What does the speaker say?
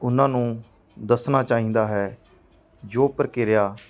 ਉਹਨਾਂ ਨੂੰ ਦੱਸਣਾ ਚਾਹੀਦਾ ਹੈ ਜੋ ਪ੍ਰਕਿਰਿਆ